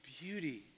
beauty